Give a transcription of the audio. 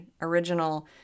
original